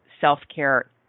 self-care